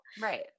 Right